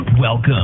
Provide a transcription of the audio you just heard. Welcome